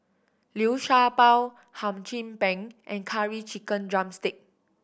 Liu Sha Bao Hum Chim Peng and Curry Chicken drumstick